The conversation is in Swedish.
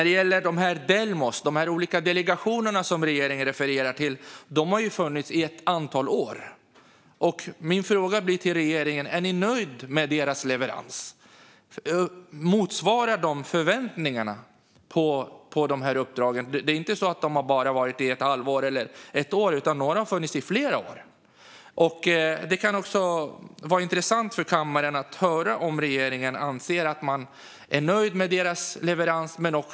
Delmos och de olika delegationer som regeringen refererar till har funnits i ett antal år. Min fråga till regeringen blir: Är ni nöjda med leveransen? Motsvarar den förväntningarna på uppdragen? Delegationerna har ju inte funnits i bara ett halvår eller ett år, utan några har funnits i flera år. Det kan också vara intressant för kammaren att höra om regeringen är nöjd med deras leverans.